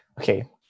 okay